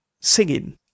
singing